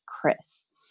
Chris